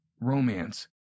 romance